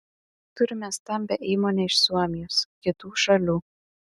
turime stambią įmonę iš suomijos kitų šalių